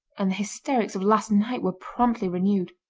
and the hysterics of last night were promptly renewed.